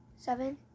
Seven